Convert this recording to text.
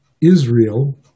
Israel